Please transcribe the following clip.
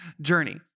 journey